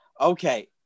Okay